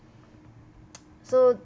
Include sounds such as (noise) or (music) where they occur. (noise) so